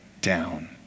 down